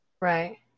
Right